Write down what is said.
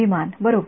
विमान बरोबर